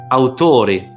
autori